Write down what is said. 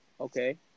Okay